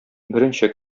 беренче